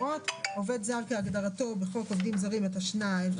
"עובד זר" כהגדרתו בחוק עובדים זרים התשנ"א-1991,